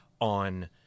on